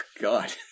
god